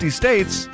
states